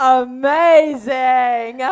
amazing